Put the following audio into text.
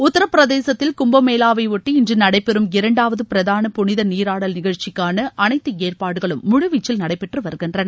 உத்தரப்பிரதேசத்தில் கும்பமேளாவை ஓட்டி இன்று நடைபெறும் இரண்டாவது பிராதன புனித நீராடல் நிகழ்ச்சிக்கான அனைத்து ஏற்பாடுகளும் முழு வீச்சில் நடைபெற்று வருகின்றன